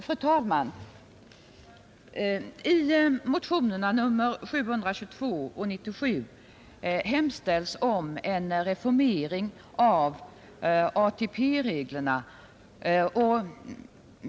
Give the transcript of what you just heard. Fru talman! I motionerna 722 och 97 hemställs om en reformering av ATP-reglerna.